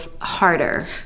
harder